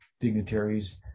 Dignitaries